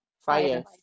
Fire